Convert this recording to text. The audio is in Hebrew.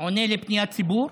עונה על פניות ציבור,